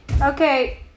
Okay